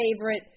favorite